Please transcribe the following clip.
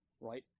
right